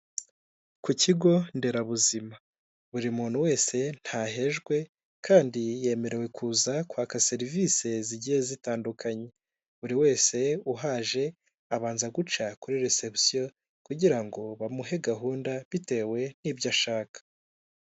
Ku kigo nderabuzima buri muntu wese ntahejwe kandi yemerewe kuza kwaka serivisi zigiye zitandukanye buri wese uhaje abanza guca iho bakirira abantu hazwi nka (reseption) kugira ngo bamuhe gahunda bitewe n'ibyo ashaka.